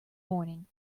morning